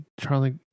charlie